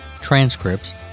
transcripts